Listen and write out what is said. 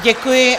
Děkuji.